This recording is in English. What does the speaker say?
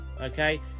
Okay